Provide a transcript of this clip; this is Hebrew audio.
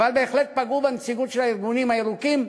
אבל בהחלט פגעו בנציגות של הארגונים הירוקים.